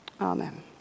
Amen